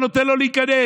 לא נותנים לו להיכנס,